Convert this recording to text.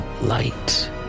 light